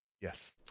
Yes